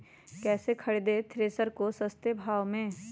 कैसे खरीदे थ्रेसर को सस्ते भाव में?